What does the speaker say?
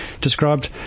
described